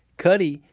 cutty,